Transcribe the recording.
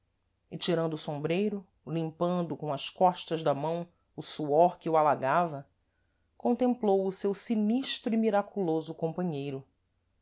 e tirando o sombreiro limpando com as costas da mão o suor que o alagava contemplou o seu sinistro e miraculoso companheiro